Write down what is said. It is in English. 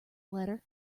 letter